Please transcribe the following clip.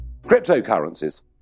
Cryptocurrencies